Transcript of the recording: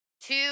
two